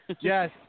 Yes